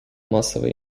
масової